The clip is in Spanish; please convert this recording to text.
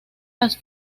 las